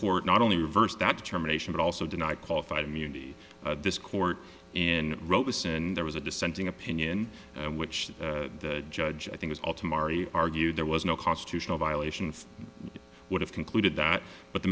court not only reversed that determination but also deny qualified immunity this court in robeson there was a dissenting opinion which the judge i think is all to mari argued there was no constitutional violation would have concluded that but the